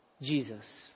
Jesus